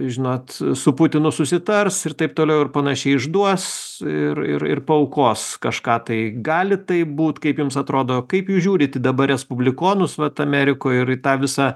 žinot su putinu susitars ir taip toliau ir panašiai išduos ir ir ir paaukos kažką tai gali taip būt kaip jums atrodo kaip jūs žiūrit į dabar respublikonus vat amerikoj ir į tą visą